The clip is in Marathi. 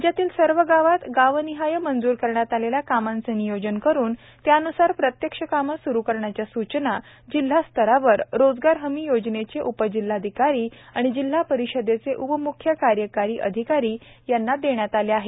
राज्यातील सर्व गावात गावनिहाय मंजूर करण्यात आलेल्या कामांचे नियोजन करून त्यानुसार प्रत्यक्ष कामे स्रू करण्याच्या सूचना जिल्हास्तरावर रोजगार हमी योजनेचे उपजिल्हाधिकारी व जिल्हा परिषदेचे उपम्ख्य कार्यकारी अधिकारी यांना देण्यात आले आहे